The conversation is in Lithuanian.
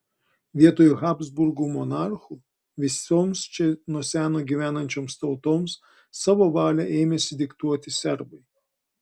vietoj habsburgų monarchų visoms čia nuo seno gyvenančioms tautoms savo valią ėmėsi diktuoti serbai